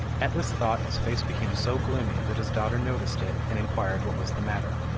at this thought his face became so gloomy that his daughter noticed it, and inquired what was the matter.